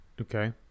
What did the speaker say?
okay